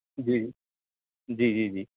جی جی جی جی